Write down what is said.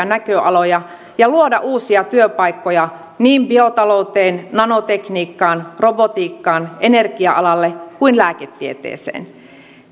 näköaloja ja luoda uusia työpaikkoja niin biotalouteen nanotekniikkaan robotiikkaan energia alalle kuin lääketieteeseen